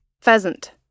Pheasant